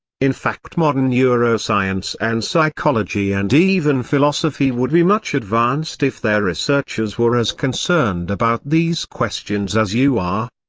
in fact modern neuroscience and psychology and even philosophy would be much advanced if their researchers were as concerned about these questions as you are.